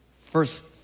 First